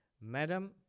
Madam